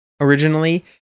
Originally